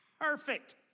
Perfect